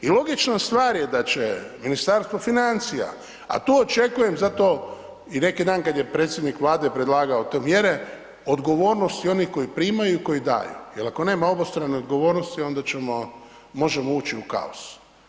I logična stvar je da će Ministarstvo financija, a tu očekujem zato i neki dan kad je predsjednik Vlade predlagao te mjere, odgovornost i onih koji primaju i koji daju jer ako nema obostrane odgovornosti onda ćemo, možemo ući u kaos.